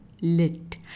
Lit